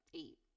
eight